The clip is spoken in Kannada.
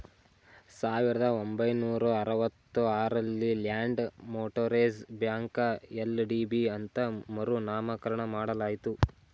ಸಾವಿರದ ಒಂಬೈನೂರ ಅರವತ್ತ ಆರಲ್ಲಿ ಲ್ಯಾಂಡ್ ಮೋಟರೇಜ್ ಬ್ಯಾಂಕ ಎಲ್.ಡಿ.ಬಿ ಅಂತ ಮರು ನಾಮಕರಣ ಮಾಡಲಾಯಿತು